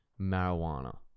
marijuana